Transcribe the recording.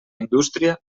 indústria